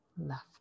left